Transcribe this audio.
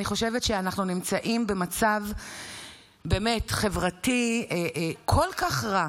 אני חושבת שאנחנו נמצאים במצב חברתי כל כך רע,